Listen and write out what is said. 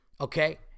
okay